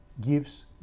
gives